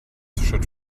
should